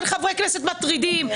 אין חברי כנסת מטרידים,